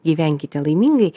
gyvenkite laimingai